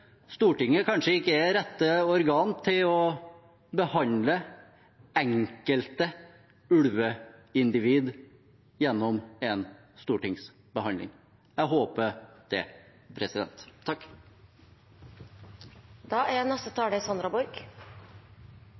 Stortinget kanskje ikke er rett organ for å behandle enkelte ulveindivider gjennom en stortingsbehandling? Jeg håper det.